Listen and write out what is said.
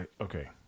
okay